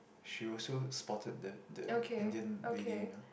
she also spotted the the Indian lady you know